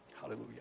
Hallelujah